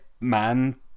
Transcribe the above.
man